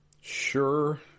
Sure